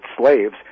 slaves